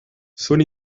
son